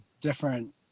different